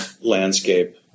landscape